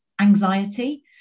anxiety